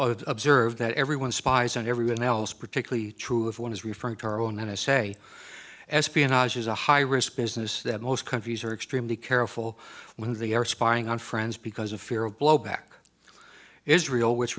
school observed that everyone spies on everyone else particularly true if one is referring to our own n s a espionage is a high risk business that most countries are extremely careful when they are spying on friends because of fear of blowback israel w